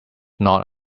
not